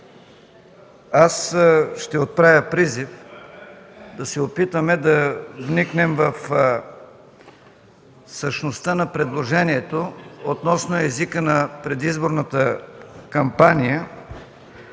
ще отправя призив да се опитаме да вникнем в същността на предложението относно езика на предизборната кампания,